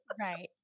Right